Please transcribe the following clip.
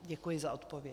Děkuji za odpověď.